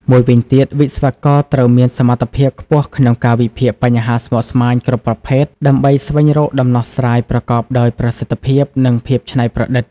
មួយវិញទៀតវិស្វករត្រូវមានសមត្ថភាពខ្ពស់ក្នុងការ វិភាគបញ្ហាស្មុគស្មាញ គ្រប់ប្រភេទ ដើម្បី ស្វែងរកដំណោះស្រាយប្រកបដោយប្រសិទ្ធភាព និងភាពច្នៃប្រឌិត។